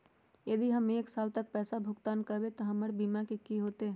यदि हम एक साल तक पैसा भुगतान न कवै त हमर बीमा के की होतै?